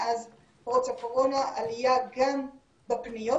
מאז פרוץ הקורונה עלייה גם בפניות,